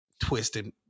twisted